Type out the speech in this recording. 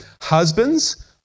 husbands